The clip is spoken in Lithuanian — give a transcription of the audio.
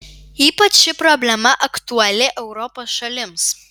ypač ši problema aktuali europos šalims